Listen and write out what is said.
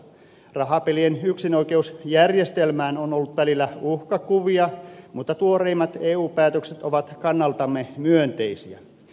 rahapelien yksinoikeusjärjestelmää kohtaan on ollut välillä uhkakuvia mutta tuoreimmat eu päätökset ovat kannaltamme myönteisiä